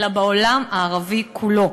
אלא בעולם הערבי כולו,